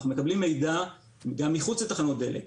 אנחנו מקבלים גם מחוץ לתחנות דלק,